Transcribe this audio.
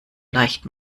leicht